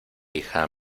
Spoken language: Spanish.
hija